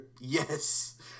Yes